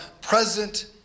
present